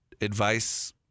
advice